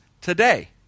today